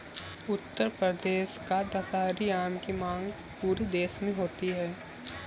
उत्तर प्रदेश का दशहरी आम की मांग पूरे देश में होती है